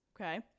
Okay